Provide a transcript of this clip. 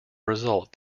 result